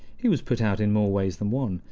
he was put out in more ways than one,